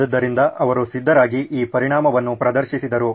ಆದ್ದರಿಂದ ಅವರು ಸಿದ್ಧರಾಗಿ ಈ ಪರಿಣಾಮವನ್ನು ಪ್ರದರ್ಶಿಸಿದರು